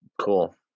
Cool